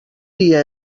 dia